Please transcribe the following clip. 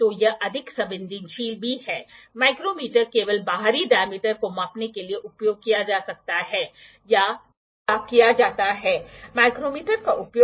और यहां आपको एक बारीक नॉब दिखाई देता है जो वहां है जिसका इस्तेमाल थोड़ा ऊपर और नीचे डायल करने के लिए किया जाता है और आपको डेटा मिलता है